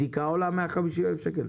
בדיקה עולה 150 אלף שקלים?